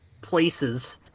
places